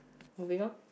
moving on